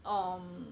um